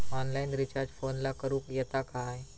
Online recharge फोनला करूक येता काय?